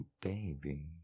baby